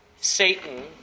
Satan